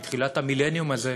מתחילת המילניום הזה,